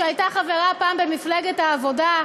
שהייתה פעם חברה במפלגת העבודה,